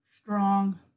strong